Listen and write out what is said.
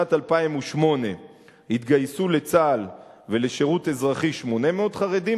בשנת 2008 התגייסו לצה"ל ולשירות אזרחי 800 חרדים,